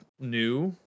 new